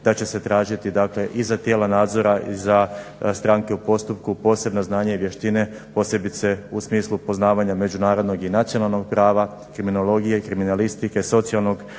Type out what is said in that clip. da će se tražiti dakle i za tijela nadzora i za stranke u postupku posebna znanja i vještine, posebice u smislu poznavanja međunarodnog i nacionalnog prava, kriminologije, kriminalistike, socijalnog